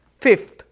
Fifth